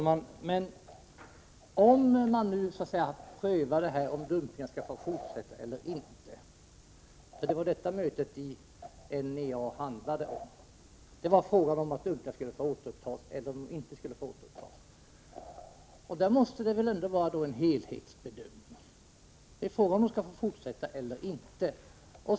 Fru talman! Men om man skall pröva om dumpningen skall få fortsätta eller inte — det var ju detta mötet i NEA handlade om — måste det väl vara fråga om en helhetsbedömning.